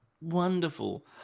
wonderful